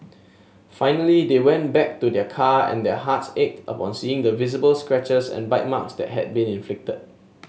finally they went back to their car and their hearts ached upon seeing the visible scratches and bite marks that had been inflicted